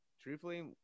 truthfully